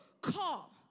call